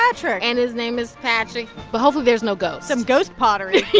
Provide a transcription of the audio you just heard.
patrick and his name is patrick. but hopefully, there's no ghost some ghost pottery